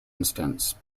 instance